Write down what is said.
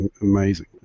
amazing